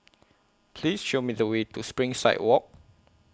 Please Show Me The Way to Springside Walk